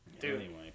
Dude